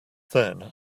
then